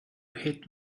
hit